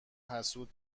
حسود